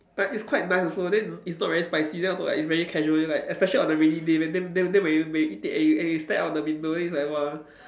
like it's quite nice also then it's not very spicy then also like it's very casually like especially on a rainy day then then then when you when you eat it and you and you stare out the window then it's like !wah!